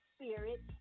spirit